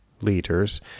liters